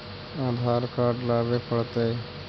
आधार card लाबे पड़तै?